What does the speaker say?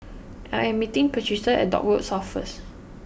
I am meeting Patricia at Dock Road South first